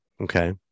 Okay